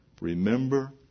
remember